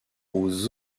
aux